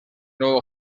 nuevo